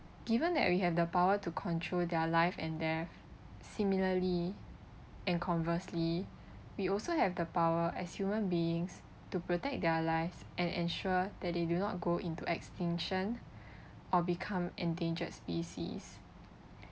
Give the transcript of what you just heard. given that we have the power to control their life and death similarly and conversely we also have the power as human beings to protect their lives and ensure that they do not go into extinction or become endangered species